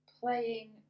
Playing